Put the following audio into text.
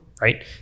right